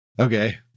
okay